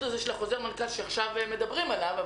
הזה של חוזר המנכ"ל שעכשיו מדברים עליו.